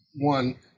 one